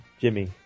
Jimmy